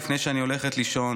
לפני שאני הולכת לישון,